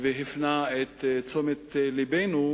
והפנה את תשומת לבנו,